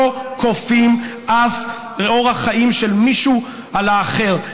לא כופים אורח חיים של מישהו על האחר,